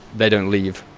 they don't leave.